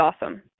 awesome